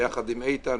ביחד עם איתן,